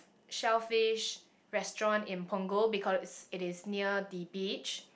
shellfish restaurant in Punggol because it is near the beach